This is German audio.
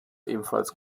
ebenfalls